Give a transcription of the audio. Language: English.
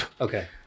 Okay